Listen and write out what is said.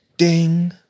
Ding